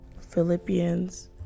Philippians